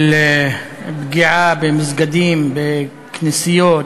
של פגיעה במסגדים, בכנסיות,